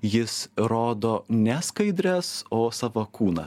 jis rodo ne skaidres o savą kūną